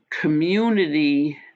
community